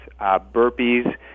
burpees